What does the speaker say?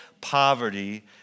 poverty